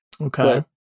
Okay